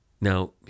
now